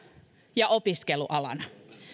ja opiskelualana